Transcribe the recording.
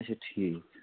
اچھا ٹھیٖک